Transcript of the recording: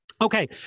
okay